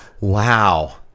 Wow